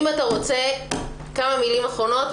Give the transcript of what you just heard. אם אתה רוצה כמה מילים אחרונות,